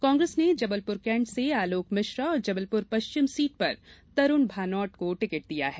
कांग्रेस ने जबलपुर कैंट से आलोक मिश्रा और जबलपुर पश्चिम सीट पर तरूण भानोट को टिकट दिया है